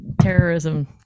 terrorism